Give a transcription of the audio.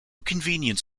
convenience